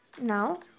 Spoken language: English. Now